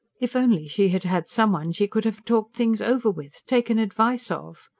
if only she had had some one she could have talked things over with, taken advice of!